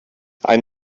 ein